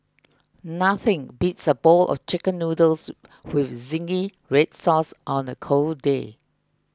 nothing beats a bowl of Chicken Noodles with Zingy Red Sauce on a cold day